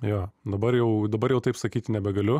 jo dabar jau dabar jau taip sakyti nebegaliu